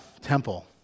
temple